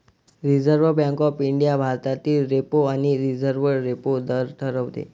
reserve Bank of India भारतातील repo आणि reverse repo दर ठरवते